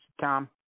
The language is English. Tom